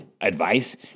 advice